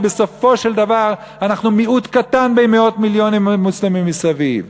הרי בסופו של דבר אנחנו מיעוט קטן בין מאות מיליונים מוסלמים מסביב.